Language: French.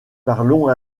parlons